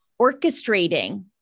orchestrating